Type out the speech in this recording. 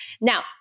Now